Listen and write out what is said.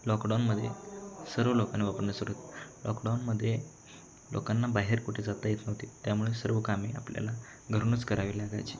लॉकडाऊनमध्ये सर्व लोकांना वापरण्यास सुरुवात लॉकडाऊनमध्ये लोकांना बाहेर कुठे जाता येत नव्हते त्यामुळे सर्व कामे आपल्याला घरूनच करावी लागायची